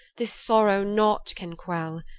this sorrow naught can quell.